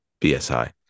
BSI